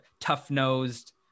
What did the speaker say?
tough-nosed